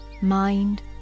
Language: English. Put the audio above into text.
mind